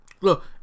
look